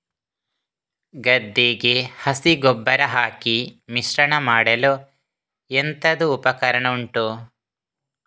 ಗದ್ದೆಗೆ ಹಸಿ ಗೊಬ್ಬರ ಹಾಕಿ ಮಿಶ್ರಣ ಮಾಡಲು ಎಂತದು ಉಪಕರಣ ಉಂಟು?